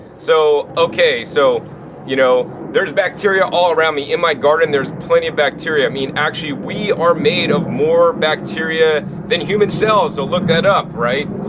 so, okay, so you know, there's bacteria all around me. in my garden there's plenty of bacteria. i mean, actually we are made of more bacteria than human cells! so look that up, right.